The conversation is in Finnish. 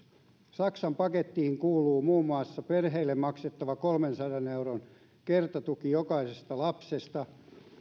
saksan pakettiin kuuluu muun muassa perheille maksettava kolmensadan euron kertatuki jokaisesta lapsesta